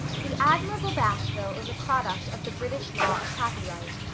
the admirable bashville is a product of the british law of copyright.